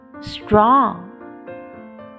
strong